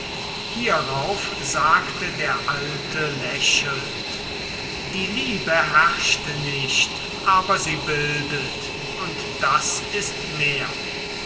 hierauf sagte der alte lächelnd die liebe herrscht nicht aber sie bildet und das ist mehr